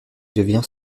devient